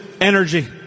energy